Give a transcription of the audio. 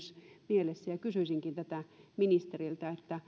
mielessä kysyisinkin tätä ministeriltä